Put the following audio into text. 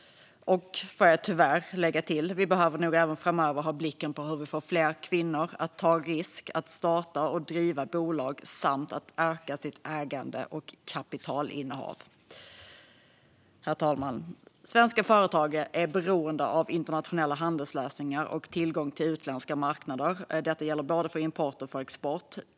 Och, får jag tyvärr lägga till, vi behöver nog även framöver ha blicken på hur vi får fler kvinnor att ta risk, starta och driva bolag samt öka sitt ägande och kapitalinnehav. Herr talman! Svenska företag är beroende av internationella handelslösningar och tillgång till utländska marknader. Detta gäller både för import och för export.